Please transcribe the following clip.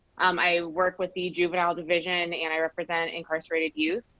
um i work with the juvenile division and i represent incarcerated youth,